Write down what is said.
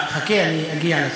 חכה, אני אגיע לשר.